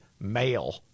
male